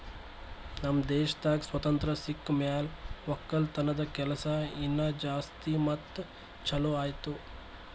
ನಮ್ ದೇಶದಾಗ್ ಸ್ವಾತಂತ್ರ ಸಿಕ್ ಮ್ಯಾಲ ಒಕ್ಕಲತನದ ಕೆಲಸ ಇನಾ ಜಾಸ್ತಿ ಮತ್ತ ಛಲೋ ಆಯ್ತು